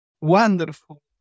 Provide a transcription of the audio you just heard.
wonderful